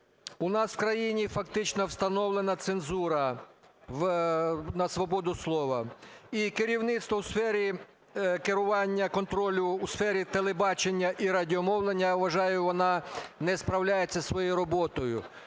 у нас в країні фактично встановлена цензура на свободу слова і керівництво у сфері керування контролю, у сфері телебачення і радіомовлення, я вважаю, вона не справляється із своєю роботою.